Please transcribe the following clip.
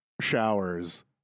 showers